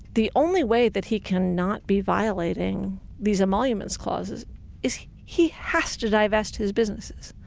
the only way that he can not be violating these emoluments clauses is he has to divest his businesses.